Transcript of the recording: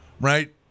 right